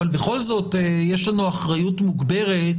אבל בכל זאת יש לנו אחריות מוגברת.